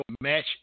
match